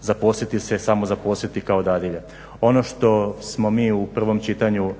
zaposliti se, samozaposliti kao dadilja. Ono što smo mi u prvom čitanju